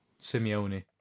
Simeone